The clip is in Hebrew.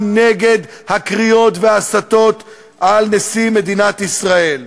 נגד הקריאות וההסתות על נשיא מדינת ישראל.